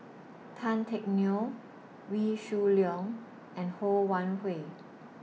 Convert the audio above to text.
Tan Teck Neo Wee Shoo Leong and Ho Wan Hui